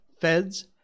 feds